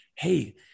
Hey